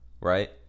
right